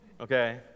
Okay